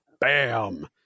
bam